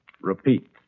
Repeat